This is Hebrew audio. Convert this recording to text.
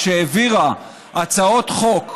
כשהעבירה הצעות חוק,